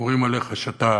רואים עליך שאתה